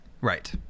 right